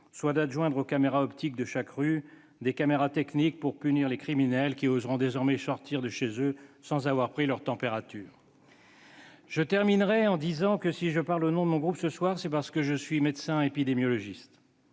-soit d'adjoindre aux caméras optiques de chaque rue des caméras thermiques pour punir les criminels qui oseront désormais sortir de chez eux sans avoir pris leur température. Je terminerai en disant que si je parle au nom de mon groupe ce soir, c'est parce que je suis médecin épidémiologiste.